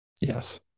Yes